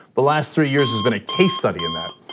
the last three years has been a case study in that.